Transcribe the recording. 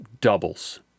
doubles